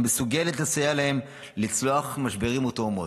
המסוגלת לסייע להם לצלוח משברים וטראומות.